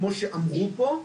כמו שאמרו פה,